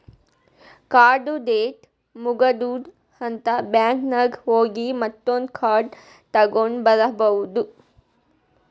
ಕಾರ್ಡ್ದು ಡೇಟ್ ಮುಗದೂದ್ ಅಂತ್ ಬ್ಯಾಂಕ್ ನಾಗ್ ಹೋಗಿ ಮತ್ತೊಂದ್ ಕಾರ್ಡ್ ತಗೊಂಡ್ ಬರ್ಬಹುದ್